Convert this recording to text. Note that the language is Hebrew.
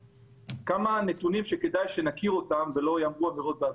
כמה נתונים שכדאי להכיר אותם ולא יאמרו אמירות באוויר: